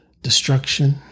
destruction